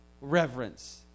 reverence